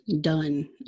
done